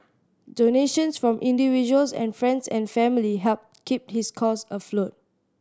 donations from individuals and friends and family helped keep his cause afloat